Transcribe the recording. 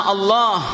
Allah